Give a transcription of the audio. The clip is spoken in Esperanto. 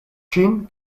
ŝin